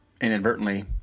inadvertently